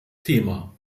thema